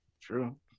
True